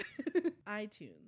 iTunes